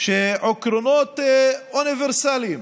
שעקרונות אוניברסליים